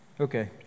Okay